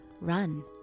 run